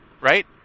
Right